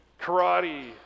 karate